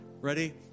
Ready